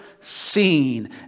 seen